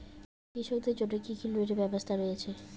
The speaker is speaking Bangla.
কৃষকদের জন্য কি কি লোনের ব্যবস্থা রয়েছে?